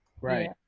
right